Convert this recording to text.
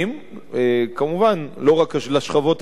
כמובן לא רק לשכבות החלשות,